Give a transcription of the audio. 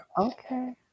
Okay